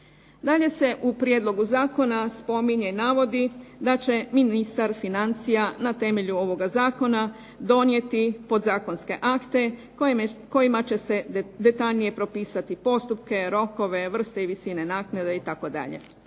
Dalje se u Prijedlogu zakona spominje i navodi da će ministar financija na temelju ovoga Zakona donijeti podzakonske akte kojima će detaljnije propisati postupke, rokove, vrste i visine naknade itd.